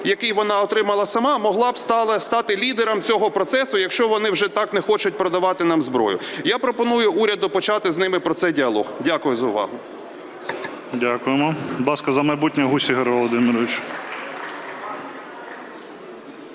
який вона отримала сама, могла б стати лідером цього процесу, якщо вони вже так не хочуть продавати нам зброю. Я пропоную уряду почати з ними про це діалог. Дякую за увагу. ГОЛОВУЮЧИЙ. Дякуємо. Будь ласка, "За майбутнє", Гузь Ігор Володимирович.